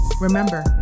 remember